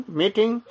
meeting